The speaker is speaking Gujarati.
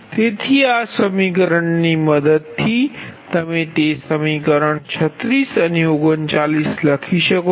તેથી આ સમીકરણની મદદ થી તમે તે સમીકરણ 36 અને 39 લખી શકો છો